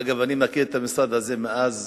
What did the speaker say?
אגב, אני מכיר את המשרד הזה מאז